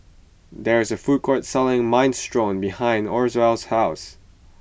there is a food court selling Minestrone behind Orvel's house